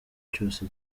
cyose